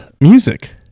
Music